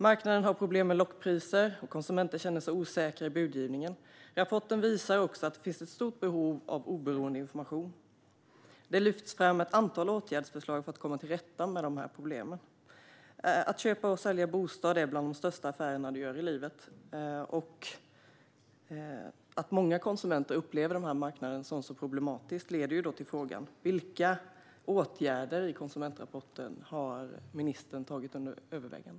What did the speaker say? Marknaden har problem med lockpriser, och konsumenten känner sig osäker i budgivningen. Rapporten visar också att det finns ett stort behov av oberoende information. Det lyfts fram ett antal åtgärdsförslag för att komma till rätta med dessa problem. Att köpa och sälja bostad är bland de största affärerna man gör i livet. Att många konsumenter upplever denna marknad som problematisk leder till frågan: Vilka åtgärder i Konsumentrapporten har ministern tagit under övervägande?